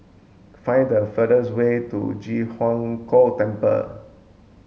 find the fastest way to Ji Huang Kok Temple